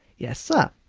yes, sir,